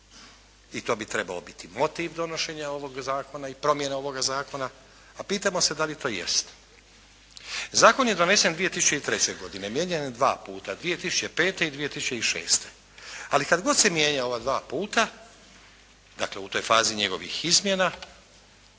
i to bi trebao biti motiv donošenja ovoga zakona i promjene ovoga zakona, a pitamo se da li to jest. Zakon je donesen 2003., mijenjan je dva puta 2005. i 2006. ali kad se god se mijenjao ova dva puta, dakle u toj fazi njegovih izmjena